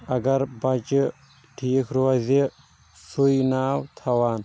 اگر بچہِ ٹھیک روزِ سُے ناو تھاوان